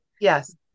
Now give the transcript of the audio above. Yes